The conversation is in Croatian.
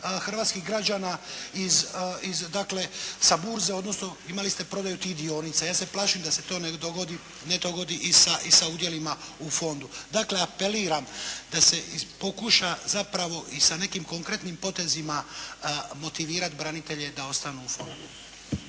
hrvatskih građana sa burze, odnosno imali ste prodaju tih dionica. Ja se plašim da se to ne dogodi i sa udjelima u fondu. Dakle, apeliram da se pokuša zapravo i sa nekim konkretnim potezima motivirati branitelje da ostanu u fondu.